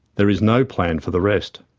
there is no plan for the rest.